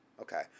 Okay